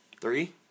Three